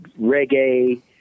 reggae